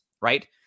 right